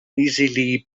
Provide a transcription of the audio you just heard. easily